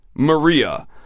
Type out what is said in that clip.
Maria